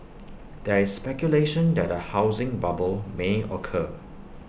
there is speculation that A housing bubble may occur